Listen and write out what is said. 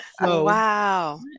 wow